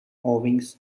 owings